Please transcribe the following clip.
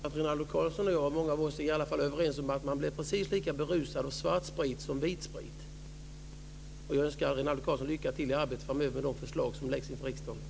Fru talman! Jag tror att Rinaldo Karlsson och jag är överens om att man blir precis lika berusad av svart sprit som man blir av vit sprit. Jag önskar Rinaldo Karlsson lycka till i arbetet framöver med de förslag som läggs fram för riksdagen.